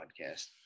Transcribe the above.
podcast